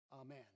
Amen